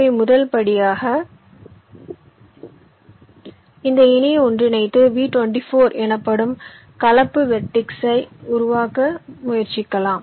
எனவே முதல் படியாக இந்த இணையை ஒன்றிணைத்து V24 எனப்படும் கலப்பு வெர்டெக்ஸை உருவாக்குகிறது